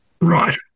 Right